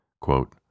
Quote